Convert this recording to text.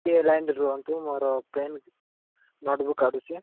ଟିକେ ଲାଇନ୍ରେ ରୁହନ୍ତୁ ମୋର ପେନ୍ ନୋଟ୍ ବୁକ୍ କାଢ଼ୁଛି